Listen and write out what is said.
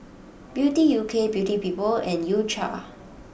Beauty U K Beauty People and U cha